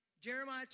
Jeremiah